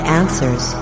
answers